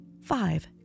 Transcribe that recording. Five